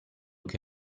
che